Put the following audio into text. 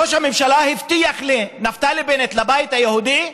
ראש הממשלה הבטיח לנפתלי בנט, לבית היהודי: